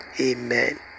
amen